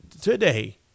today